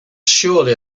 surely